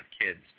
kids